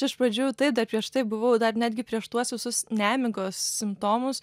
iš pradžių taip dar prieš tai buvau dar netgi prieš tuos visus nemigos simptomus